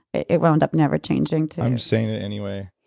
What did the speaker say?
it it wound up never changing to i'm saying it anyway.